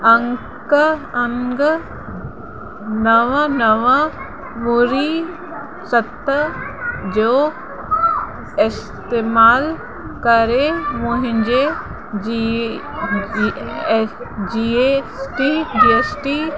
अंक अंग नव नव ॿुड़ी सत जो इस्तेमाल करे मुंहिंजे जी G S G A T G S T